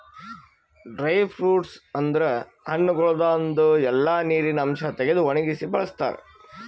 dry fruits ಅಂದುರ್ ಹಣ್ಣಗೊಳ್ದಾಂದು ಎಲ್ಲಾ ನೀರಿನ ಅಂಶ ತೆಗೆದು ಒಣಗಿಸಿ ಬಳ್ಸತಾರ್